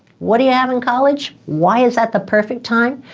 what do you have in college? why is that the perfect time?